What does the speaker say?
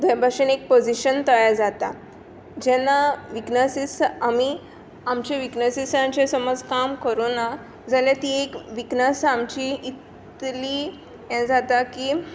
त्या भासेन एक पोझीशन तयार जाता जेन्ना विक्नसीस आमी आमचे विक्नसीसांचेर काम करूना जाल्यर ती एक विक्नस आमची इतली हें जाता की